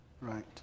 Right